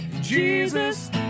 Jesus